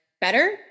better